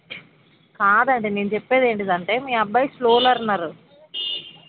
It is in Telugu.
కాదండీ నేను చెప్పేది ఏంటి అంటే మీ అబ్బాయి స్లో లెర్నర్